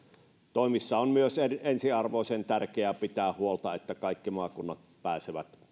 toimissa on myös ensiarvoisen tärkeää pitää huolta siitä että kaikki maakunnat pääsevät